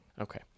Okay